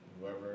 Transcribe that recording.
Whoever